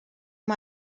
amb